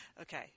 Okay